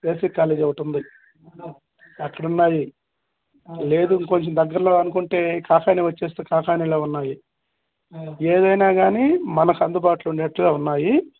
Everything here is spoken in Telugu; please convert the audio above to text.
ఏసీ కాలేజీ ఒకటి ఉంది అక్కడ ఉన్నాయి లేదు కొంచెం దగ్గరలో అనుకుంటే కాకానీ వస్తే కాకానీలో ఉన్నాయి ఏదైనా కానీ మనకు అందుబాటులో ఉండేటట్టుగా ఉన్నాయి